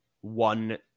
one